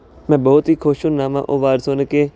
ਮੈਂ ਬਹੁਤ ਹੀ ਖੁਸ਼ ਹੁੰਦਾ ਹਾਂ ਉਹ ਅਵਾਜ ਸੁਣ ਕੇ